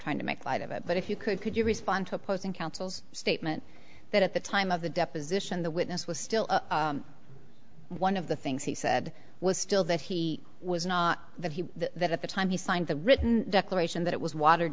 trying to make light of it but if you could could you respond to opposing counsel's statement that at the time of the deposition the witness was still one of the things he said was still that he was not that he that at the time he signed the written declaration that it was watered